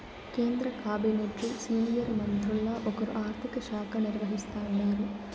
కేంద్ర కాబినెట్లు సీనియర్ మంత్రుల్ల ఒకరు ఆర్థిక శాఖ నిర్వహిస్తాండారు